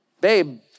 babe